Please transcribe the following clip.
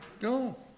No